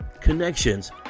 connections